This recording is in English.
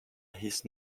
his